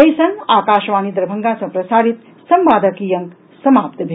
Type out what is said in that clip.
एहि संग आकाशवाणी दरभंगा सँ प्रसारित संवादक ई अंक समाप्त भेल